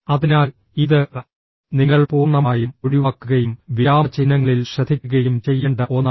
അതിനാൽ ഇത് നിങ്ങൾ പൂർണ്ണമായും ഒഴിവാക്കുകയും വിരാമചിഹ്നങ്ങളിൽ ശ്രദ്ധിക്കുകയും ചെയ്യേണ്ട ഒന്നാണ്